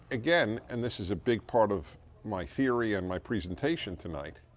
again, and this is a big part of my theory and my presentation tonight,